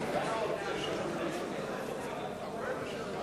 ההסתייגות של קבוצת סיעת מרצ לסעיף 13 לא